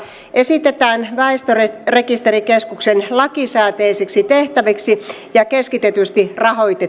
esitetään väestörekisterikeskuksen lakisääteisiksi